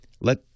Let